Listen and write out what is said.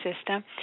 system